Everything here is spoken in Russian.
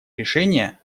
решение